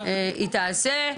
היא תעשה.